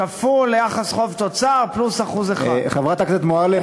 כפול יחס חוב תוצר פלוס 1%. חברת הכנסת מועלם,